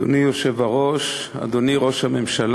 אדוני היושב-ראש, אדוני ראש הממשלה,